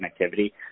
connectivity